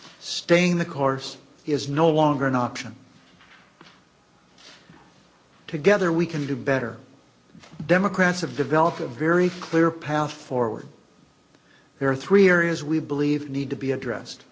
staying the course is no longer an option together we can do better the democrats have developed a very clear path forward there are three areas we believe need to be addressed